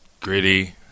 gritty